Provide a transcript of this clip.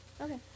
Okay